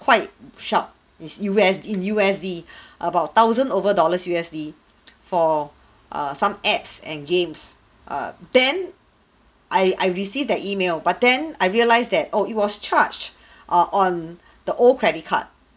quite shocked is U_S in U_S_D about thousand over dollars U_S_D for err some apps and games err then I I received their email but then I realise that oh it was charged uh on the old credit card